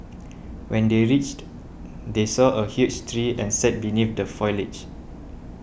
when they reached they saw a huge tree and sat beneath the foliage